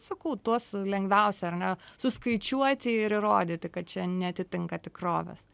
sakau tuos lengviausia ar ne suskaičiuoti ir įrodyti kad čia neatitinka tikrovės